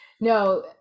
no